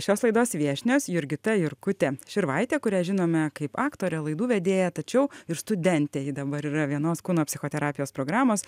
šios laidos viešnios jurgita jurkutė širvaitė kurią žinome kaip aktorę laidų vedėją tačiau ir studentę ji dabar yra vienos kūno psichoterapijos programos